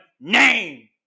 name